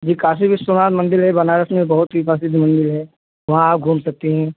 जी काशी विश्वनाथ मंदिर है बनारस में बहुत ही प्रसिद्ध मंदिर है वहाँ आप घूम सकते हैं